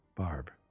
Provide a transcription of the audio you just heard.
Barb